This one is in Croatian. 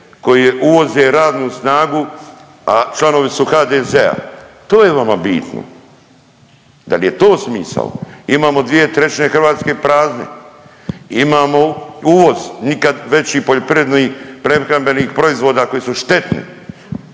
koje uvoze radnu snagu, a članovi su HDZ-a. To je vama bitno. Da li je to smisao? Imamo dvije trećine Hrvatske prazne, imamo uvoz nikad veći poljoprivrednih prehrambenih proizvoda koji su štetni.